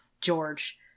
George